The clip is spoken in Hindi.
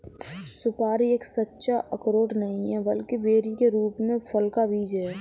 सुपारी एक सच्चा अखरोट नहीं है, बल्कि बेरी के रूप में फल का बीज है